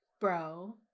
Bro